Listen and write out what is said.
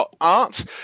Art